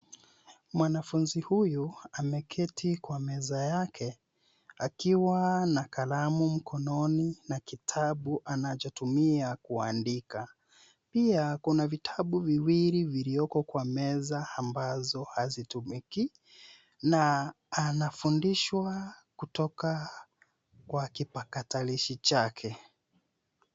Mwanafunzi huyu ameketi kwa meza yake akiwa na kalamu mkononi na kitabu anachotumia kuandika pia kuna vitabu viwili vilioko kwa meza ambazo hazitumiki na anafundishwa kutoka kwa kipakatalishi chake.